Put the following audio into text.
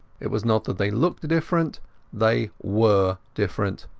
it was not that they looked different they were different.